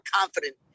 confident